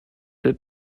litt